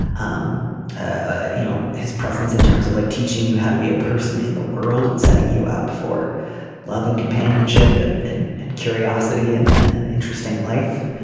um ah you know his presence in terms of like teaching you how to be a person in the world and setting you up for love and companionship and and curiosity and and an interesting life